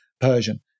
Persian